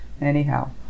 anyhow